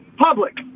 public